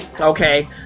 Okay